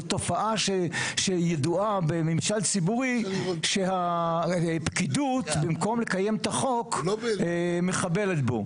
זו תופעה שידועה בממשל ציבורי שהפקידות במקום לקיים את החוק מחבלת בו.